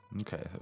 Okay